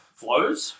flows